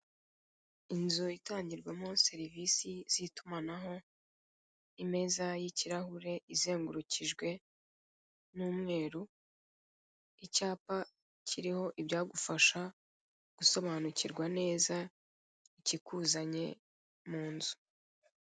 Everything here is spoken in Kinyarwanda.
Inzu itangirwamo serivisi z'itumanaho, imeza y'ikirahure izengurukijwe n'umweru, icyapa kiriho ibyagufasha gusobanukirwa neza ikikuzanye mu nzu.